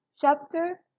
Chapter